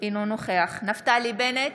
אינו נוכח נפתלי בנט,